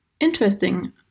Interesting